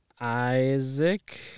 Isaac